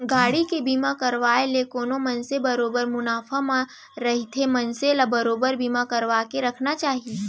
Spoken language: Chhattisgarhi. गाड़ी के बीमा करवाय ले कोनो मनसे बरोबर मुनाफा म रहिथे मनसे ल बरोबर बीमा करवाके रखना चाही